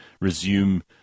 resume